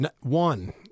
one